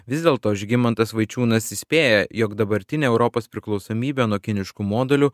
vis dėlto žygimantas vaičiūnas įspėja jog dabartinė europos priklausomybė nuo kiniškų modulių